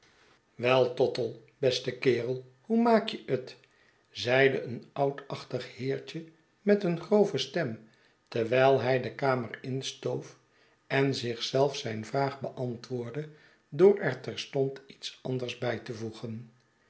wei tottle beste kerel hoe maak jehet zeide een oudachtig heertje met een grove stem terwijl hij de kamer instoof en zich zelf zijn vraag beantwoordde door er terstond iets anders bij te voegen